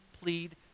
plead